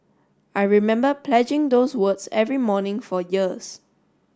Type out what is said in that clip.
I remember pledging those words every morning for years